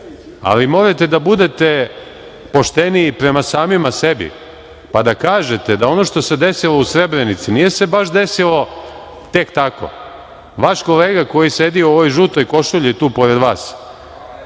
ali morate da budete pošteni i prema samima sebi, pa da kažete da ono što se desilo u Srebrenici, nije se baš desilo tek tako. Vaš kolega, koji sedi u ovoj žutoj košulji tu pored vas,